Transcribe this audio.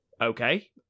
Okay